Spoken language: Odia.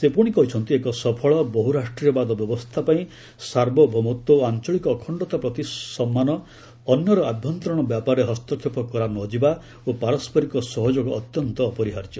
ସେ ପୁଣି କହିଛନ୍ତି ଏକ ସଫଳ ବହୁରାଷ୍ଟ୍ରୀୟବାଦ ବ୍ୟବସ୍ଥା ପାଇଁ ସାର୍ବଭୌମତ୍ୱ ଓ ଆଞ୍ଚଳିକ ଅଖଣ୍ଡତା ପ୍ରତି ସମ୍ମାନ ଅନ୍ୟର ଆଭ୍ୟନ୍ତରୀଣ ବ୍ୟାପାରରେ ହସ୍ତକ୍ଷେପ କରା ନ ଯିବା ଓ ପାରସ୍କରିକ ସହଯୋଗ ଅତ୍ୟନ୍ତ ଅପରିହାର୍ଯ୍ୟ